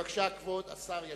בבקשה, כבוד השר ישיב,